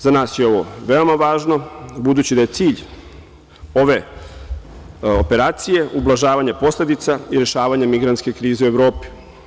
Za nas je ovo veoma važno, budući da je cilj ove operacija ublažavanje posledica i rešavanje migrantske krize u Evropi.